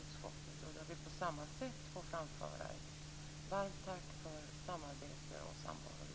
utskottet. Jag vill på samma sätt få framföra till Helena ett varmt tack för samarbetet i utskottet.